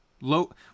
low